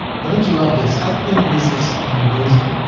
don't you love this? i think this is amazing.